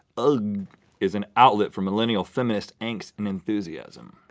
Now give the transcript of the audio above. ugh is an outlet for millenial feminist angst and enthusiasm.